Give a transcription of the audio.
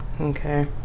okay